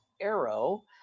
Arrow